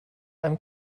einem